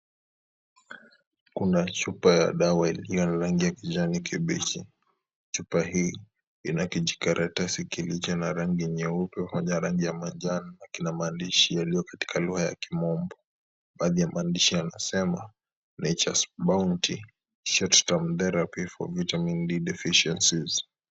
Kuna chupa ya dawa iliyo na rangi ya kijani kibichi. Chupa hii ina kijikaratasi kilicho na rangi nyeupe pamoja na rangi ya manjano. Kina maandishi yaliyo katika lugha ya kimombo. Baadhi ya maandishi yanasema (cs)" Nature's Bounty, Short-term Therapy For Vitamin D Deficiencies ". (cs)